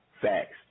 Facts